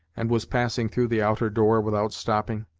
and was passing through the outer door without stopping.